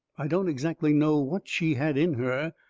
i don't exactly know what she had in her,